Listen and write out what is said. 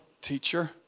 teacher